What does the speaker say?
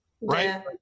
Right